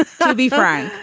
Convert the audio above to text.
ah so be frank,